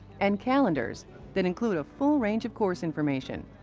and calendars that include a full range of course information,